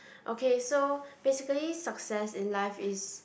okay so basically success in life is